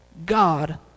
god